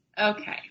Okay